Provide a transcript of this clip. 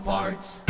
Parts